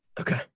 Okay